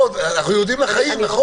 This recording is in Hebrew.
אנחנו יורדים לחיים, נכון.